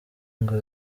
ngo